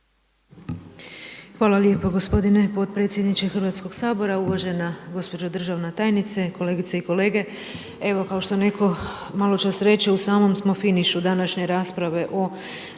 Hvala lijepo gospodine potpredsjedniče Hrvatskoga sabora. Uvažena gospođo državna tajnice, kolegice i kolege. Evo kao što netko malo čas reče u samom smo finišu današnje rasprave o